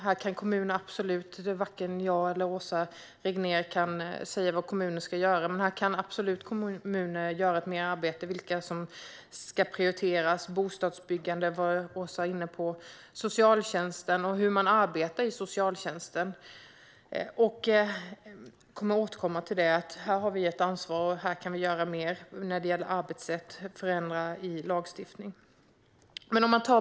Här kan varken jag eller Åsa Regnér säga vad kommunerna ska göra, men de kan absolut arbeta mer med vilka som prioriteras och bostadsbyggande, vilket Åsa Regnér var inne på, och med socialtjänsten och hur man arbetar i socialtjänsten; jag kommer att återkomma till det. Här har vi ett ansvar och här kan vi göra mer när det gäller arbetssätt och förändringar i lagstiftningen.